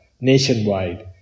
nationwide